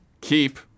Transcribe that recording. Keep